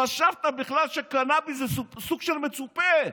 חשבת בכלל שקנביס זה סוג של מצופה,